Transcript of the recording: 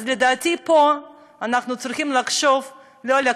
אז לדעתי, פה אנחנו צריכים לחשוב לא על הקרדיטים,